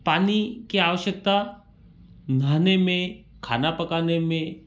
पानी के आवश्यकता नहाने में खाना पकाने में